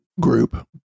group